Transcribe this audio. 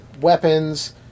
weapons